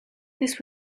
this